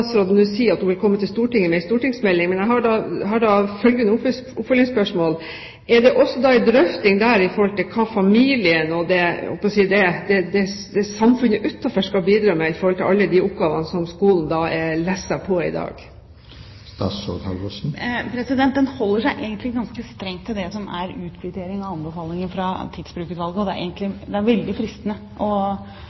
nå sier at hun vil komme til Stortinget med en stortingsmelding, men jeg har følgende oppfølgingsspørsmål: Er det også en drøfting der av hva familien og samfunnet utenfor skal bidra med i forhold til alle de oppgavene som skolen er lesset på i dag? Den holder seg egentlig ganske strengt til det som er utkvittering av anbefalinger fra Tidsbrukutvalget, og det er